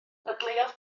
dadleuodd